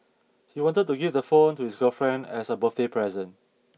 he wanted to give the phone to his girlfriend as a birthday present